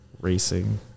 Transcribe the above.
racing